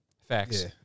Facts